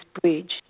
bridge